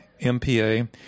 MPA